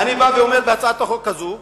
בהצעת החוק הזאת,